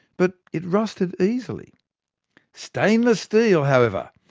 but it rusted easily stainless steel, however,